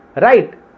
right